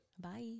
Bye